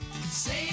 Say